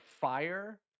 fire